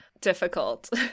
difficult